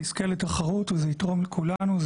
נזכה לתחרות וזה יתרום לכולנו.